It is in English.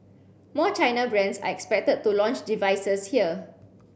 more China brands are expected to launch devices here